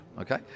okay